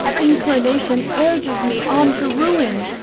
inclination urges me on to ruin.